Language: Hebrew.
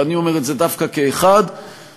ואני אומר את זה דווקא כאחד שמודה,